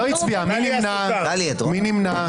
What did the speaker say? מי נמנע?